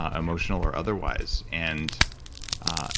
ah emotional or otherwise, and